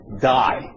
die